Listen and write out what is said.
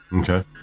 Okay